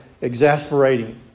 exasperating